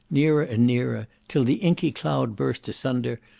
nearer and nearer, till the inky cloud burst asunder,